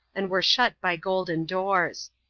and were shut by golden doors.